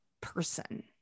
person